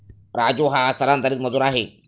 राजू हा स्थलांतरित मजूर आहे